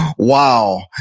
wow.